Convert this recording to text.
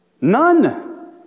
None